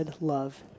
love